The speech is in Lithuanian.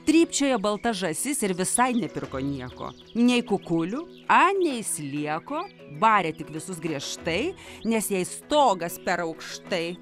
trypčiojo balta žąsis ir visai nepirko nieko nei kukulių anei slieko barė tik visus griežtai nes jai stogas per aukštai